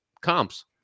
comps